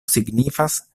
signifas